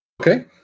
Okay